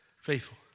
Faithful